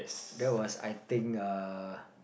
that was I think uh